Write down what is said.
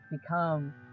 become